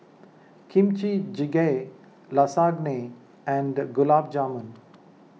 Kimchi Jjigae Lasagne and Gulab Jamun